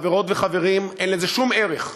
חברות וחברים, אין לזה שום ערך,